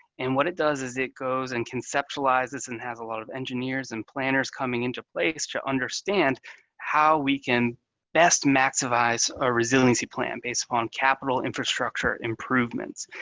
and what it does is it goes and conceptualizes and has a lot of engineers and planners coming into play just to understand how we can best maximize our resiliency plan based upon capital infrastructure improvements.